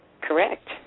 Correct